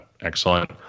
excellent